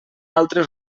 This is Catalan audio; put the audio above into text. altres